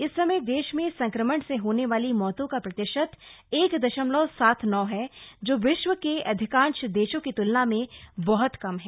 इस समय देश में संक्रमण से होने वाली मौतों का प्रतिशत एक दशमलव सात नौ है जो विश्व के अधिकांश देशों की तुलना में बहत कम है